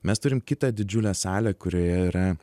mes turim kitą didžiulę salę kurioje yra